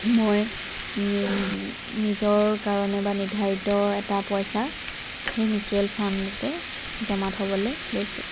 মই নিজৰ কাৰণে বা নিৰ্ধাৰিত এটা পইচা সেই মিউচ্যুৱেল ফাণ্ডতে জমা থ'বলৈ লৈছোঁ